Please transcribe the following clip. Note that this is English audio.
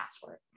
password